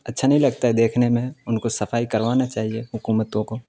اچھا نہیں لگتا ہے دیکھنے میں ان کو صفائی کروانا چاہیے حکومتوں کو